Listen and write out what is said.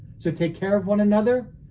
so take care of one another,